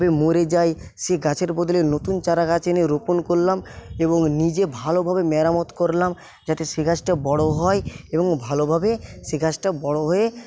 মরে যায় সেই গাছের বদলে নতুন চারা গাছ এনে রোপণ করলাম এবং নিজে ভালোভাবে মেরামত করলাম যাতে সে গাছটা বড়ো হয় এবং ভালোভাবে সে গাছটা বড়ো হয়ে